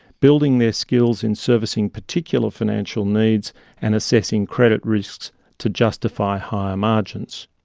building their skills in servicing particular financial needs and assessing credit risks to justify higher margins.